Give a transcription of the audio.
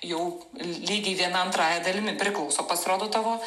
jau lygiai viena antrąja dalimi priklauso pasirodo tavo